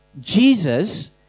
Jesus